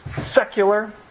secular